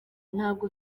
ntabwo